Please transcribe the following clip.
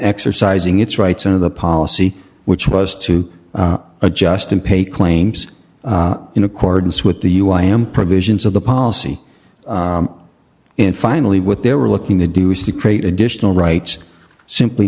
exercising its rights under the policy which was to adjust and pay claims in accordance with the u i i am provisions of the policy and finally what they were looking to do is to create additional rights simply